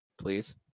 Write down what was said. Please